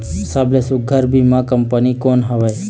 सबले सुघ्घर बीमा कंपनी कोन हवे?